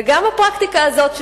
גם הפרקטיקה הזאת,